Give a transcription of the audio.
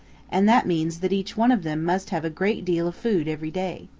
and that means that each one of them must have a great deal of food every day.